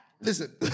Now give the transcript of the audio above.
Listen